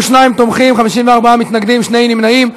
22 תומכים, 54 נמנעים, שני נמנעים.